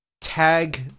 tag